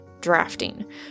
drafting